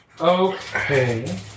Okay